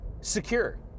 secure